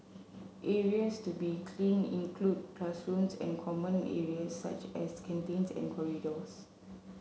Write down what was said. areas to be cleaned include classrooms and common areas such as canteens and corridors